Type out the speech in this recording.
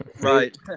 right